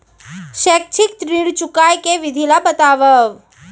शैक्षिक ऋण चुकाए के विधि ला बतावव